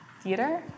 theater